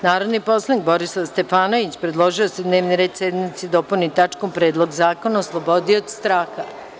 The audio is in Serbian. Narodni poslanik Borislav Stefanović predložio je da se dnevni red sednice dopuni tačkom – Predlog zakona o slobodi od straha.